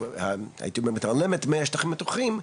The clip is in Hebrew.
הבנייה הייתי אומר מתעלמת מהשטחים הפתוחים,